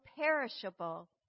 perishable